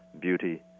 beauty